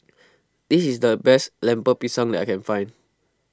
this is the best Lemper Pisang that I can find